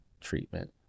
treatment